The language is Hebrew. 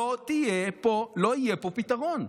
לא יהיה פה פתרון.